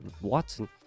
watson